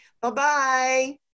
Bye-bye